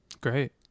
Great